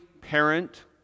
parent